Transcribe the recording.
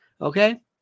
Okay